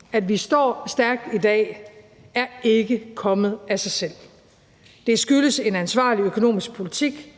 og at vi står stærkt i dag er ikke kommet af sig selv. Det skyldes en ansvarlig økonomisk politik